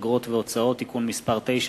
אגרות והוצאות (תיקון מס' 9),